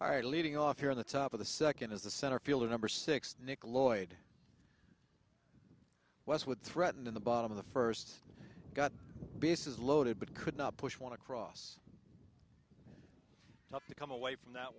all right leading off here at the top of the second is the center fielder number six nick lloyd westwood threatened in the bottom of the first got bases loaded but could not push one across to come away from that